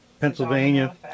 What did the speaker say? Pennsylvania